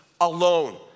alone